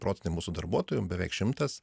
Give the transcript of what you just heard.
procentai mūsų darbuotojų beveik šimtas